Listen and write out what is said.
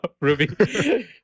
Ruby